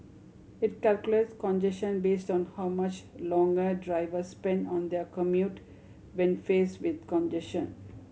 it calculates congestion based on how much longer drivers spend on their commute when faced with congestion